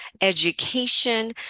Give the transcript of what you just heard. education